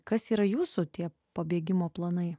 kas yra jūsų tie pabėgimo planai